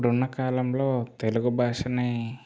ఇప్పుడున్న కాలంలో తెలుగు భాషని